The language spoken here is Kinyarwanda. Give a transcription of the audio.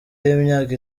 y’imyaka